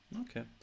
Okay